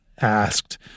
asked